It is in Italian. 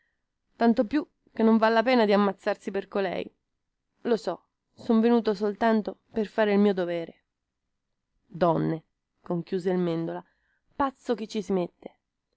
tanto più che non val la pena di ammazzarsi per colei lo so son venuto soltanto per fare il mio dovere donne conchiuse il mendola pazzo chi ci si mette